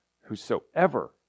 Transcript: whosoever